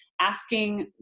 asking